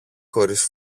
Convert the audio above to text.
χωρίς